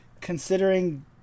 considering